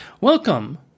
Welcome